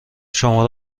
شما